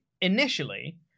initially